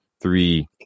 three